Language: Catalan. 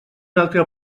altre